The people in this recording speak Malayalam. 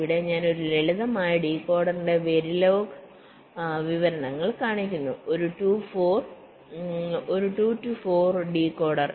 ഇവിടെ ഞാൻ ഒരു ലളിതമായ ഡീകോഡറിന്റെ വെരിലോഗ് വിവരണങ്ങൾ കാണിക്കുന്നു ഒരു 2 ടു 4 ഡീകോഡർ